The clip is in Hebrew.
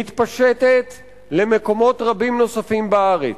מתפשטת למקומות רבים נוספים בארץ.